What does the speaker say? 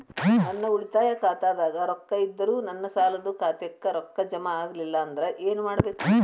ನನ್ನ ಉಳಿತಾಯ ಖಾತಾದಾಗ ರೊಕ್ಕ ಇದ್ದರೂ ನನ್ನ ಸಾಲದು ಖಾತೆಕ್ಕ ರೊಕ್ಕ ಜಮ ಆಗ್ಲಿಲ್ಲ ಅಂದ್ರ ಏನು ಮಾಡಬೇಕು?